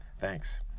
Thanks